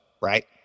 right